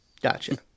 Gotcha